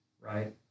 right